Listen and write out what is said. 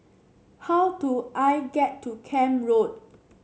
how do I get to Camp Road